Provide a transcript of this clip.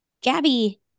Gabby